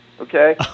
Okay